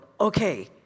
okay